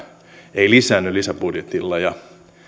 ei lisäänny lisäbudjetilla ja